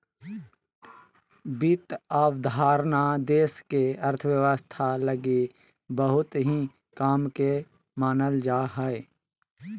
वित्त अवधारणा देश के अर्थव्यवस्था लगी बहुत ही काम के मानल जा हय